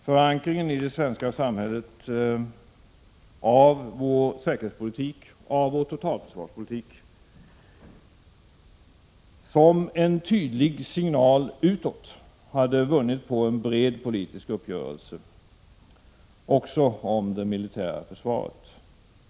Förankringen i det svenska samhället av vår säkerhetspolitik, av vår totalförsvarspolitik, som en tydlig signal utåt, hade vunnit på en bred politisk uppgörelse också om det militära försvaret.